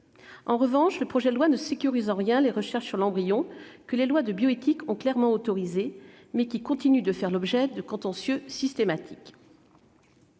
En revanche, le projet de loi ne sécurise en rien les recherches sur l'embryon, que les lois de bioéthique ont clairement autorisées mais qui continuent de faire l'objet de contentieux systématiques.